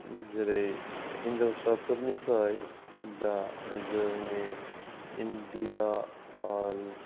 जेरै हिनजावसाफोरनिफ्राय दा जोंनि इण्डिया